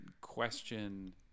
question